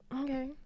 Okay